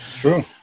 True